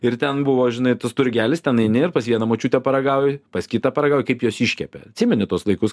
ir ten buvo žinai tas turgelis ten eini ir pas vieną močiutę paragauji pas kitą paragauji kaip jos iškepė atsimeni tuos laikus